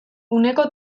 uneko